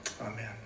amen